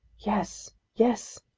yes, yes!